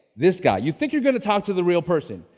this guy. you think you're gonna talk to the real person.